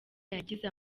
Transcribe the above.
yagize